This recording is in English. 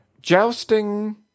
Jousting